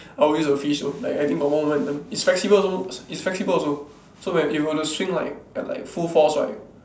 I will use a fish though like I think got more momentum it's flexible also it's flexible also so when it were to swing right at like full force right